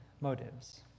motives